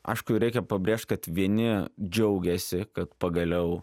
aišku reikia pabrėžt kad vieni džiaugiasi kad pagaliau